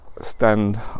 stand